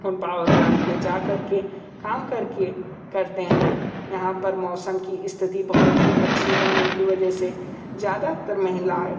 हम power plant में जा कर के काम कर के करते हैं यहाँ पर मौसम की स्थिति बहुत ही अच्छी होने की वजह से ज़्यादातर महिलाएं